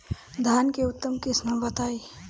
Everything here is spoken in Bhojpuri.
धान के उन्नत किस्म बताई?